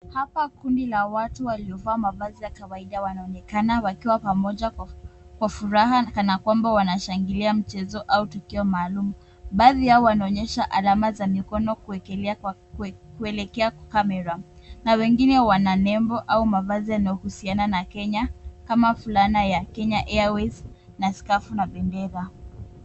Hapa kundi la watu waliovaa mavazi ya kawaida wanaonekana wakiwa pamoja kwa furaha ni kana kwamba wanashangilia mchezo au tukio maalum . Baadhi yao wanaonyesha alama za mikono kuelekea kamera na wengine wana nembo au mavazi yanayohusiana na Kenya kama ;fulana ya Kenya Airways na sakafu na bendera.